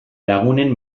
lagunen